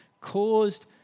caused